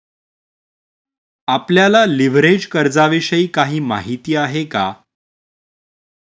आपल्याला लिव्हरेज कर्जाविषयी काही माहिती आहे का?